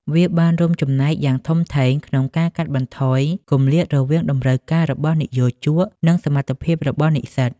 វាបានរួមចំណែកយ៉ាងធំធេងក្នុងការកាត់បន្ថយគម្លាតរវាងតម្រូវការរបស់និយោជក និងសមត្ថភាពរបស់និស្សិត។